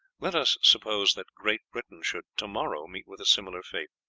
let us suppose that great britain should to-morrow meet with a similar fate.